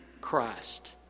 Christ